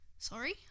Sorry